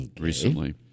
recently